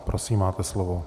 Prosím, máte slovo.